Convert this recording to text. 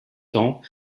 temps